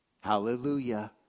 Hallelujah